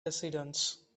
residence